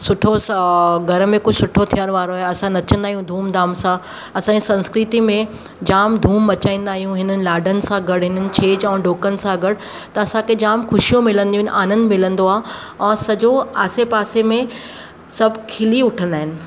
सुठो स घर में कुझु सुठो थियण वारो आहे असां नचंदा आहियूं धूमधाम सां असांजे संस्कृति में जामु धूम मचाईंदा आहियूं हिननि लाॾनि सां गॾु हिननि छेॼ ऐं ॾौकनि सां गॾु त असांखे जाम ख़ुशियूं मिलंदियूं आहिनि आनंदु मिलंदो आहे सॼो आसे पासे में सभु खिली उठंदा आहिनि